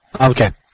Okay